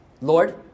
Lord